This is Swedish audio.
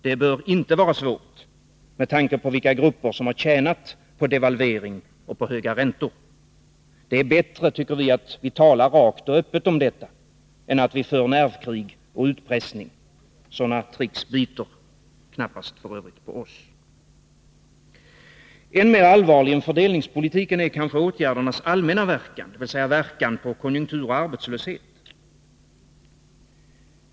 Det bör inte vara svårt, med tanke på vilka grupper som har tjänat på devalvering och höga räntor. Det är bättre, tycker vi, att vi talar rakt och öppet om detta än att vi för nervkrig och utpressning. Sådana tricks biter f. ö. knappast på oss. Än mer allvarlig än fördelningspolitiken är kanske åtgärdernas allmänna verkan, dvs. verkan på konjunktur och arbetslöshet.